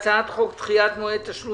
על סדר-היום: הצעת חוק דחיית מועד תשלום